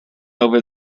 over